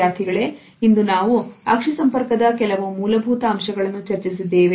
ವಿದ್ಯಾರ್ಥಿಗಳೇ ಇಂದು ನಾವು ಅಕ್ಷಿ ಸಂಪರ್ಕದ ಕೆಲವು ಮೂಲಭೂತ ಅಂಶಗಳನ್ನು ಚರ್ಚಿಸಿದ್ದೇವೆ